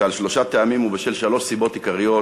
ועל שלושה טעמים ובשל שלוש סיבות עיקריות